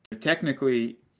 technically